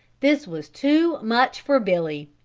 this was too much for billy.